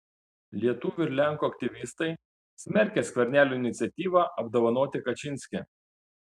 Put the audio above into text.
lietuvių ir lenkų aktyvistai smerkia skvernelio iniciatyvą apdovanoti kačynskį